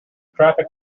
traffic